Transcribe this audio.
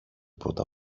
πρώτα